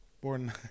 Born